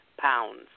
pounds